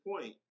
point